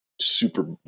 super